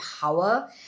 power